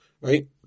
Right